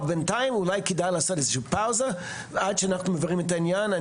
בינתיים אולי כדאי לעשות איזשהו פזל עד שאנחנו מבררים את העניין.